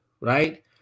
right